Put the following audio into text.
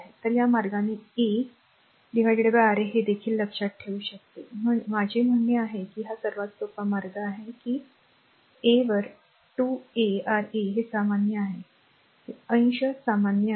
तर या मार्गाने a R a a R a हे देखील लक्षात ठेवू शकते माझे म्हणणे आहे की हा सर्वात सोपा मार्ग आहे की a वर 2 a R a R a हे सामान्य आहे अंश सामान्य आहे